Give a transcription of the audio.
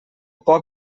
por